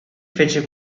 fece